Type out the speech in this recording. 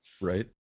Right